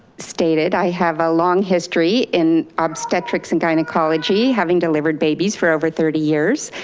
stated, i have along history in obstetrics and gynecology having delivered babies for over thirty years,